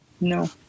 no